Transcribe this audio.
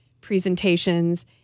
presentations